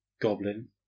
Goblin